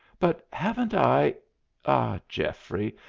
but haven't i ah, geoffrey,